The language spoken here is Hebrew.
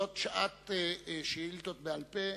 זאת שעת שאילתות בעל-פה,